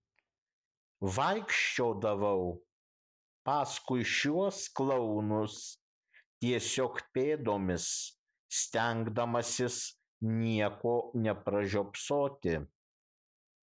vaikščiodavau paskui šiuos klounus tiesiog pėdomis stengdamasis nieko nepražiopsoti